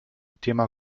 thema